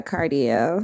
Cardio